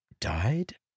died